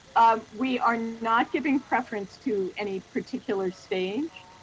um we are not giving preference to any particular stage.